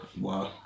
wow